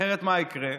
אחרת מה יקרה?